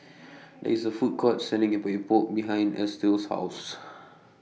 There IS A Food Court Selling Epok Epok behind Estill's House